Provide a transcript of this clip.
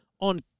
on